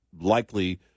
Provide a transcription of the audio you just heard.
likely